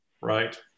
right